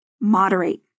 Moderate